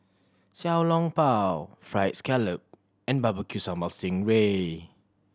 Xiao Long Bao Fried Scallop and Barbecue Sambal sting ray